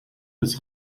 des